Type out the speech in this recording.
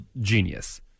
genius